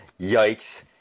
yikes